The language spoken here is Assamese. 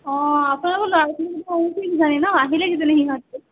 অঁ আপোনালকৰ ল'ৰা ছোৱালীকিটা আহিছে কিজানি ন আহিলে কিজানি সিহঁতি